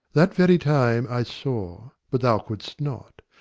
that very time i saw, but thou couldst not,